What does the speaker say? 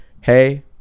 Hey